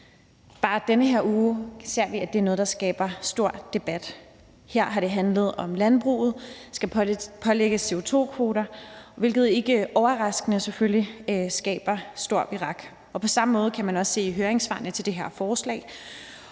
Bare i den her uge ser vi, at det er noget, der skaber stor debat. Her har det handlet om, at landbruget skal pålægges CO2-kvoter, hvilket ikke overraskende selvfølgelig skaber stor virak. På samme måde kan man også se i høringssvarene til det her forslag